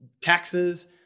taxes